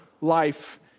life